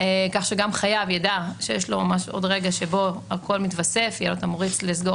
כך שכשחייב ידע שעוד רגע הכול יתווסף יהיה לו תמריץ לסגור